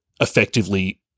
effectively